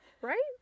Right